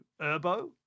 Erbo